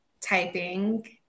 typing